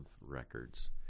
records